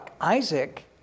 Isaac